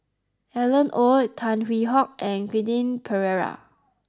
Alan Oei Tan Hwee Hock and Quentin Pereira